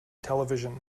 television